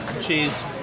Cheese